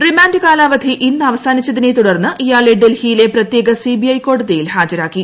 remand കാലാവധി ്ഇ്ന്ന് അവസാനിച്ചതിനെ തുടർന്ന് ഇയാളെ ഡൽഹിയിലെ പ്രത്യേക സിബിഐ കോടതിയിൽ ഹാജരാക്കി